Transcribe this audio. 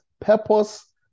purpose